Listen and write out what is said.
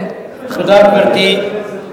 לא צריך להתאמץ.